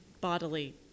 bodily